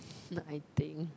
I think